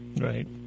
right